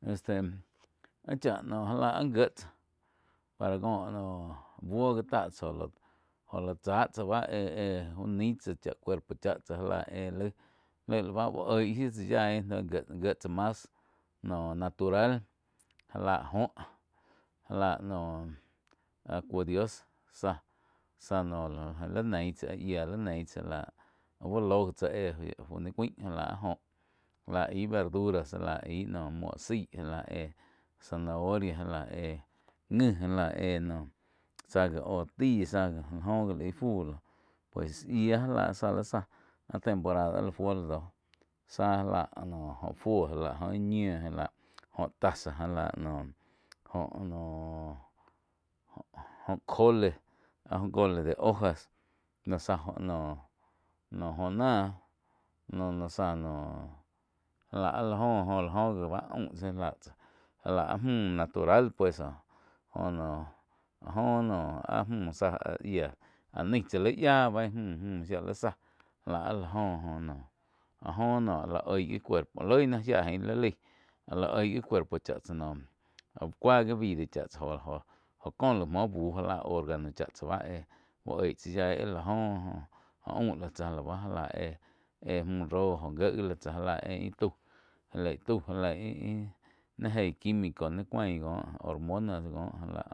Este acha noh já la áh gié tsah para cóh noh buo gi táh jó la tsá tsá báh éh-éh úh nain tsá chá cuerpo chá tsáh já lá eh laig, laig la bá uh oig gi tsáh yaíh gie gie tsá mas natural jáh la joh jáh lá noh áh cuo dios záh, záh noh li nein tsáh yía li nein tsá já lah aúh ló gi tsá éh fu ní cuáin já lah áh jóh jáh láh aig verduras já lá aig noh muo zái já láh éh zanahoria já lá éh ngi já láh éh noh záh gui óh taí záh gi óg oh wi laig ih fu lóh pues yíah já láh záh li záh áh temporada fuo la doh záh já lah jóh fuo já lah óh ih ñiu já lah jóh taza já la noh joh noh jóh cole áh jóh cole de ojas láh záh noh. Jó náh no-no noh záh noh jáh láh áh la joh oh la jo gi la bá aum já lah áh mü natural pues joh noh áh jo no áh mü záh áh yíah áh nain tsáh li yáh bei muh-muh shía li záh já lah áh la joh. Jo noh áh jo no áh oig gi cuerpo loi náh shia ain li laig áh la oig gi cuerpo cha tsá noh au cúa gi vida cha tsáh joh kó laig muo búh já la órgano cháh tsa bá eh uh oig tsá yaí láh góh oh jó aum lai tsá lá bá já la éh mü róh oh gié gi tsá ja láh ain íh tau já lei tau jálei íh-ih ni eig quimico ni cuain cóh hormonas coh gá lah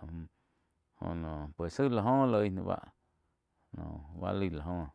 jóh noh pues jai la oh oh loi náh báh no báh laig la óh.